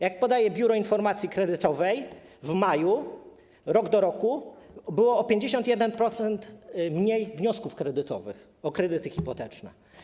Jak podaje Biuro Informacji Kredytowej, w maju rok do roku było o 51% mniej wniosków kredytowych o kredyty hipoteczne.